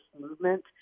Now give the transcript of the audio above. movement